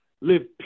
live